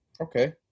Okay